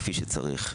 כפי שצריך,